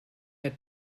der